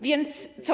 Więc co?